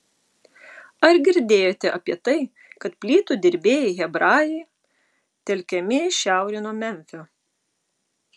ar girdėjote apie tai kad plytų dirbėjai hebrajai telkiami į šiaurę nuo memfio